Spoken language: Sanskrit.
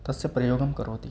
तस्य प्रयोगं करोति